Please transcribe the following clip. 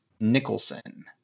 Nicholson